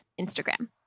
Instagram